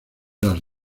las